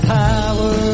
power